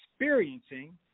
experiencing